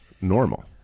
normal